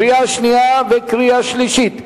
קריאה שנייה וקריאה שלישית.